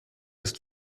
ist